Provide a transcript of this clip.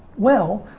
well,